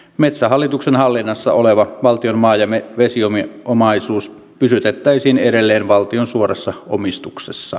metsähallituksen hallinnassa oleva valtion maa ja vesiomaisuus pysytettäisiin edelleen valtion suorassa omistuksessa